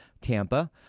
Tampa